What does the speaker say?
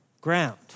ground